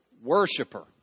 worshiper